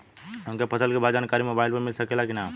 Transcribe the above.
हमके फसल के भाव के जानकारी मोबाइल पर मिल सकेला की ना?